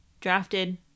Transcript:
drafted